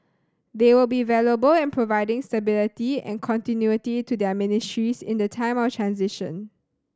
they will be valuable in providing stability and continuity to their ministries in the time of transition